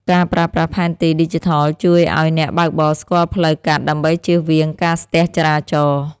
ការប្រើប្រាស់ផែនទីឌីជីថល ជួយឱ្យអ្នកបើកបរស្គាល់ផ្លូវកាត់ដើម្បីជៀសវាងការស្ទះចរាចរណ៍។